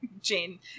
Jane